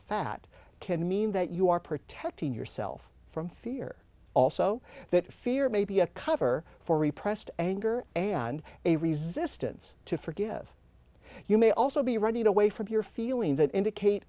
fat can mean that you are protecting yourself from fear also that fear may be a cover for repressed anger and a resistance to forgive you may also be running away from your feelings and indicate